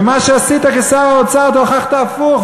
ומה שעשית כשר האוצר עוד הוכחת הפוך,